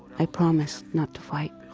i promise not to fight.